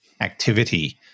activity